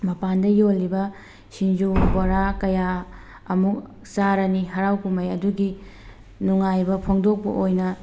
ꯃꯄꯥꯜꯗ ꯌꯣꯜꯂꯤꯕ ꯁꯤꯡꯖꯨ ꯕꯣꯔꯥ ꯀꯌꯥ ꯑꯃꯨꯛ ꯆꯥꯔꯅꯤ ꯍꯔꯥꯎ ꯀꯨꯝꯍꯩ ꯑꯗꯨꯒꯤ ꯅꯨꯡꯉꯥꯏꯕ ꯐꯣꯡꯗꯣꯛꯄ ꯑꯣꯏꯅ